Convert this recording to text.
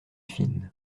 fine